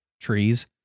trees